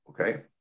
Okay